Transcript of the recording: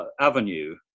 Avenue